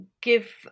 give